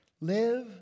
Live